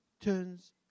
turns